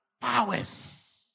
powers